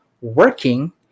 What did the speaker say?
working